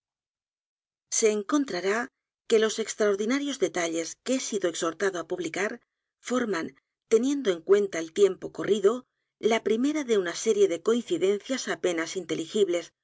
se encontrará que los extraordinarios detalles que he sido exhortado á publicar forman teniendo en cuenta el tiempo corrido la primera de una serie de coincidencias apenas inteligibles